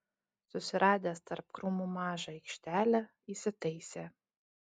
susiradęs tarp krūmų mažą aikštelę įsitaisė